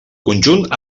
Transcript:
conjunt